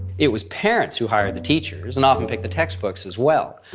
it was parents who hired the teachers, and often picked the textbooks as well.